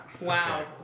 Wow